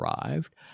arrived